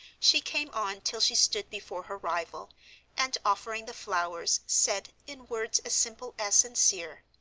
she came on till she stood before her rival and, offering the flowers, said, in words as simple as sincere,